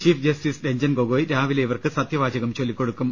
chief justice Ranjan Gogoi രാവിലെ ഇവർക്ക് സത്യവാചകം ചൊല്ലിക്കൊടുക്കും